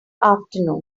afternoon